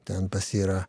ten pas jį yra